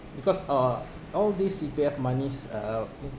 because uh all these C_P_F monies uh okay